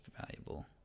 valuable